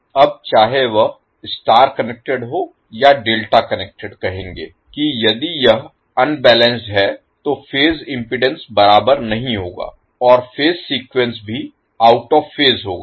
अब चाहे वह स्टार कनेक्टेड हो या डेल्टा कनेक्टेड कहेंगे कि यदि यह अनबैलेंस्ड है तो फेज इम्पीडेन्स बराबर नहीं होगा और फेज सीक्वेंस भी आउट ऑफ़ फेज होगा